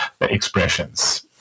expressions